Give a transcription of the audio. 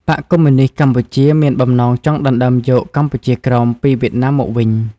បក្សកុម្មុយនីស្តកម្ពុជា មានបំណងចង់ដណ្តើមយកកម្ពុជាក្រោម" ពីវៀតណាមមកវិញ។